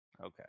Okay